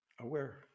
aware